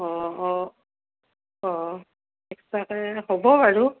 অ' অ' অ' এক্সট্ৰাকৈ হ'ব বাৰু